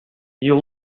you